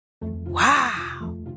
Wow